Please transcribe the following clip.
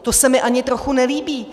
To se mi ani trochu nelíbí.